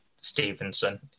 Stevenson